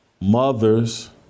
mothers